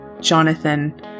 Jonathan